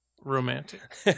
romantic